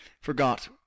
forgot